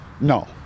No